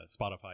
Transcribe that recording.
Spotify